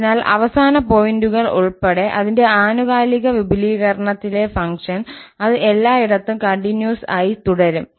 അതിനാൽ അവസാന പോയിന്റുകൾ ഉൾപ്പെടെ അതിന്റെ ആനുകാലിക വിപുലീകരണത്തിലെ ഫംഗ്ഷൻ അത് എല്ലായിടത്തും കണ്ടിന്യൂസ് ആയി തുടരും